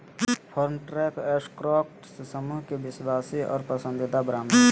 Farmtrac Escorts समूह के विश्वासी और पसंदीदा ब्रांड हइ